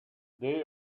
they